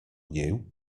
new